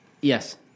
Yes